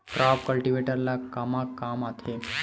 Crop cultivator ला कमा काम आथे?